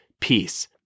peace